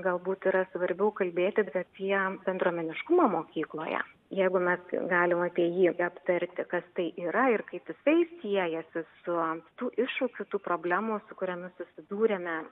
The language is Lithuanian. galbūt yra svarbiau kalbėti drąsiems bendruomeniškumo mokykloje jeigu mes galim apie jį aptarti kas tai yra ir kaip jisai siejasi su ant tų iššūkių tų problemų su kuriomis susidūrėme